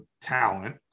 talent